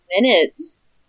minutes